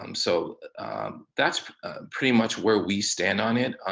um so that's pretty much where we stand on it.